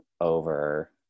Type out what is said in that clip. over